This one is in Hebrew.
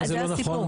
זה לא נכון.